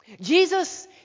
Jesus